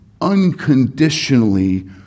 unconditionally